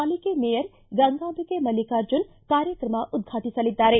ಪಾಲಿಕೆ ಮೇಯರ್ ಗಂಗಾಬಿಕೆ ಮಲ್ಲಿಕಾರ್ಜುನ ಕಾರ್ಯಕ್ರಮ ಉದ್ವಾಟಿಸಲಿದ್ದಾರೆ